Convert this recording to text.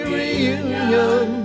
reunion